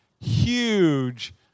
huge